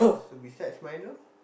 so besides Milo